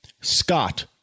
Scott